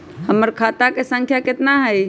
हमर खाता के सांख्या कतना हई?